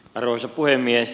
arvoisa puhemies